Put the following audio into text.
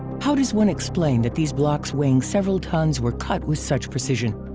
how does one explain that these blocks weighing several tons were cut with such precision?